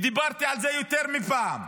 דיברתי על זה יותר מפעם,